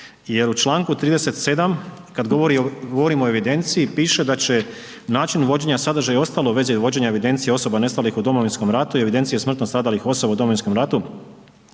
jer u članku 37. kad govorimo o evidenciji, piše da će način vođenja sadržaja i ostalo .../Govornik se ne razumije./... i vođenja evidencija osoba nestalih u Domovinskom ratu i evidencije smrtno stradalih osoba u Domovinskom ratu